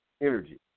energy